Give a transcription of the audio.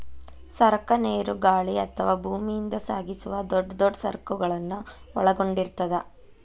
ಸರಕ ನೇರು ಗಾಳಿ ಅಥವಾ ಭೂಮಿಯಿಂದ ಸಾಗಿಸುವ ದೊಡ್ ದೊಡ್ ಸರಕುಗಳನ್ನ ಒಳಗೊಂಡಿರ್ತದ